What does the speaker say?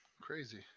Crazy